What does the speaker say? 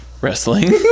wrestling